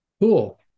Cool